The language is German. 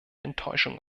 enttäuschung